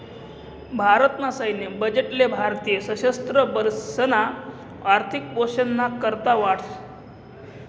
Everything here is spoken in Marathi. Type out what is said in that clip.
भारत ना सैन्य बजेट ले भारतीय सशस्त्र बलेसना आर्थिक पोषण ना करता वाटतस